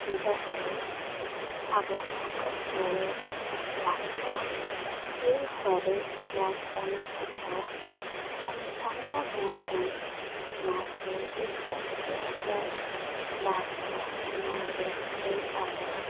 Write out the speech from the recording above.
जस्तै अब फङ्गसहरू लाग्छ त्योहरू याद गर्नु पर्छ अनि ठन्डा मौसममा चाहिँ एकदम सुस्त भएको हुनाले चाहिँ अब